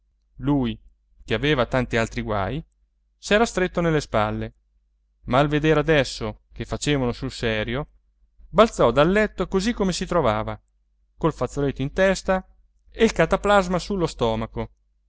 lui che aveva tanti altri guai s'era stretto nelle spalle ma al vedere adesso che facevano sul serio balzò dal letto così come si trovava col fazzoletto in testa e il cataplasma sullo stomaco